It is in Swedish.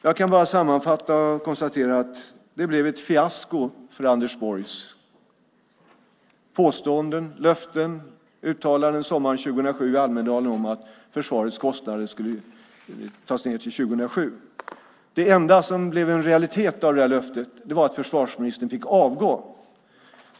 Jag kan bara sammanfatta och konstatera att det blev ett fiasko för Anders Borgs påståenden, löften och uttalanden sommaren 2007 i Almedalen om att försvarets kostnader skulle tas ned till 2007. Det enda som blev en realitet av det löftet var att försvarsministern fick avgå.